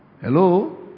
Hello